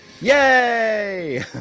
Yay